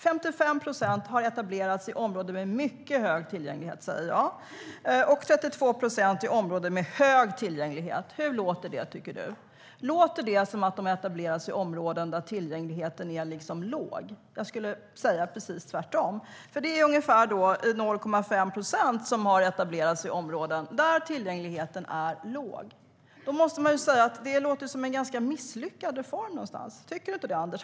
55 procent har etablerats i områden med mycket hög tillgänglighet, säger jag, och 32 procent i områden med hög tillgänglighet. Hur tycker du att det låter, Anders Jonsson? Låter det som att de etableras i områden där tillgängligheten är låg? Jag skulle säga precis tvärtom. Det är ungefär 0,5 procent som har etablerats i områden där tillgängligheten är låg. Det låter ju som en ganska misslyckad reform. Tycker du inte det, Anders Jonsson?